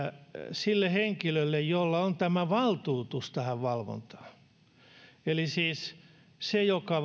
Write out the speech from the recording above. sille henkilölle jolla on valtuutus valvontaan eli siis kuka valvoo häntä joka